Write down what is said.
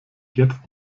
jetzt